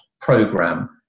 program